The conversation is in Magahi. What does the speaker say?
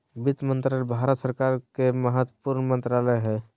वित्त मंत्रालय भारत सरकार के महत्वपूर्ण मंत्रालय हइ